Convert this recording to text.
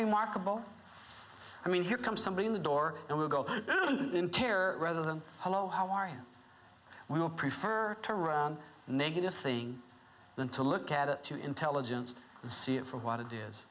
remarkable i mean here comes somebody in the door and we go in terror rather than hello how are you will prefer to run negative thing than to look at it through intelligence and see it for what it is